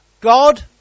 God